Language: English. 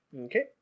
Okay